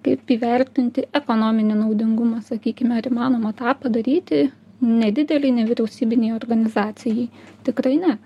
kaip įvertinti ekonominį naudingumą sakykime ar įmanoma tą padaryti nedidelei nevyriausybinei organizacijai tikrai ne